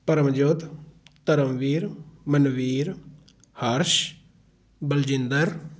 Paramjot Dharamvir Manvir Harsh Baljinder